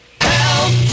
Help